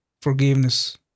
forgiveness